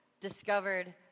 discovered